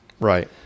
Right